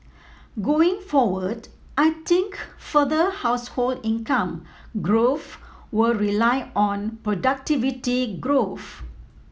going forward I think further household income growth will rely on productivity growth